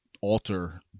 alter